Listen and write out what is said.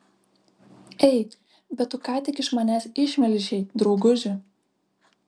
ei bet tu ką tik iš manęs išmelžei drauguži